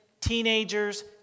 teenagers